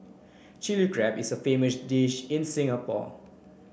Chilli Crab is a famous dish in Singapore